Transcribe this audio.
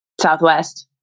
southwest